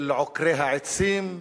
של עוקרי העצים,